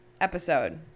episode